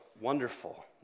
wonderful